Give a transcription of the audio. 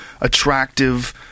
attractive